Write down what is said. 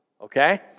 Okay